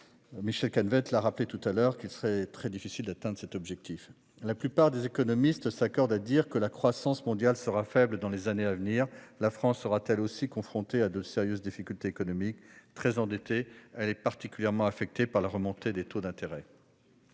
Michel Canévet, il sera très difficile d'atteindre cet objectif. La plupart des économistes s'accordent à dire que la croissance mondiale sera faible dans les années à venir. La France sera, elle aussi, confrontée à de sérieuses difficultés économiques : très endettée, elle est particulièrement affectée par la remontée des taux d'intérêt.